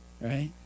right